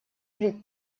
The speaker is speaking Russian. при